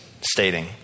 stating